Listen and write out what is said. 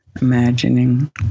imagining